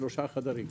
שלושה חדרים,